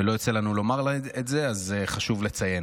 ולא יוצא לנו לומר את זה, אז חשוב לציין.